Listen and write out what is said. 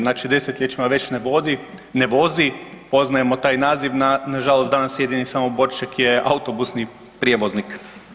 Znači, desetljećima već ne vozi, poznajemo taj naziv, nažalost, danas jedini Samoborček je autobusni prijevoznik.